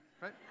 right